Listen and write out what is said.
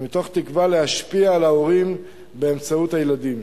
ומתוך תקווה להשפיע על ההורים באמצעות הילדים.